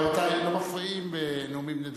רבותי, לא מפריעים בנאומים בני דקה.